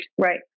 Right